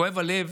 כואב הלב